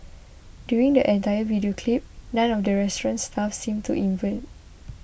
during the entire video clip none of the restaurant's staff seemed to invent